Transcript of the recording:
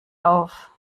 auf